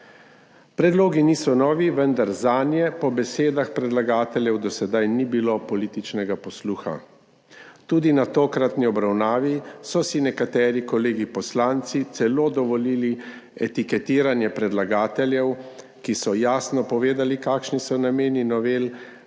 Predlogi niso novi, vendar zanje po besedah predlagateljev do sedaj ni bilo političnega posluha. Tudi na tokratni obravnavi so si nekateri kolegi poslanci celo dovolili etiketiranje predlagateljev, ki so jasno povedali, kakšni so nameni novel,